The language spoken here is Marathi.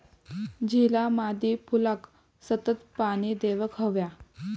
झिला मादी फुलाक सतत पाणी देवक हव्या